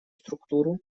структуру